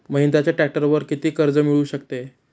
महिंद्राच्या ट्रॅक्टरवर किती कर्ज मिळू शकते?